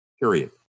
period